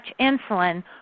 insulin